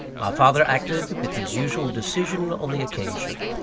my father acted with his usual decision on the occasion.